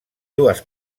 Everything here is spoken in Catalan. dues